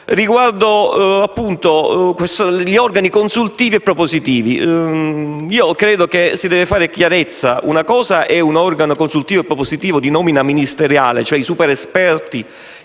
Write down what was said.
riguardo gli organi consultivi e propositivi. Credo si debba fare chiarezza. Una cosa è un organo consultivo e propositivo di nomina ministeriale (ossia i superesperti